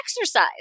exercise